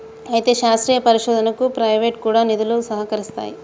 అయితే శాస్త్రీయ పరిశోధనకు ప్రైవేటు కూడా నిధులు సహకరిస్తాయి